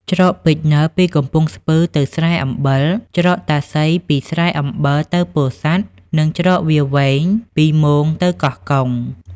ច្រកពេជ្រនិល ពីកំពង់ស្ពឺទៅស្រែអំបិល ច្រកតាសីពីស្រែ អំបិលទៅពោធិសាត់ និងច្រកវាលវែង ពីរមោងទៅកោះកុង ។